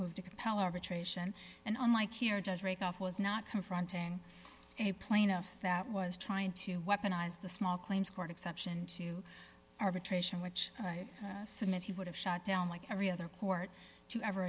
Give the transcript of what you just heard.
moved to compel arbitration and unlike here judge rakoff was not confronting a plaintiff that was trying to weaponize the small claims court exception to arbitration which i submit he would have shot down like every other court to ever